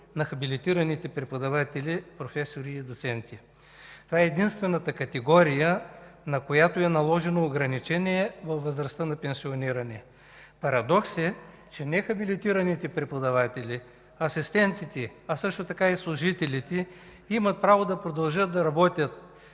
на хабилитираните преподаватели – професори и доценти. Това е единствената категория, на която е наложено ограничение във възрастта за пенсиониране. Парадокс е, че нехабилитираните преподаватели – асистентите, а също така и служителите, имат право да продължат да работят,